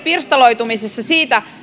pirstaloitumisessa ei ole